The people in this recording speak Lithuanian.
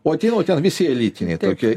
o tie o ten visi elitiniai tokie